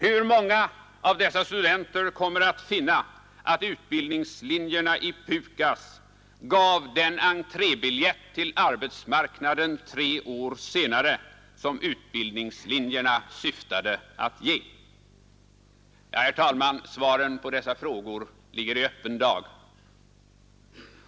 Hur många av dessa studenter kommer att finna att utbildningslinjerna i PUKAS gav den entrébiljett till arbetsmarknaden tre år senare som utbildningslinjerna syftade till att ge? Herr talman! Svaren på dessa frågor ligger i öppen dag.